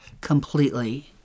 completely